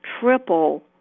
triple